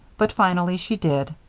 but finally she did.